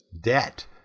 debt